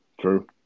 True